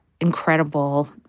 incredible